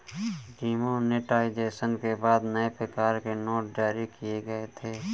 demonetisation के बाद नए प्रकार के नोट जारी किए गए थे